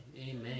Amen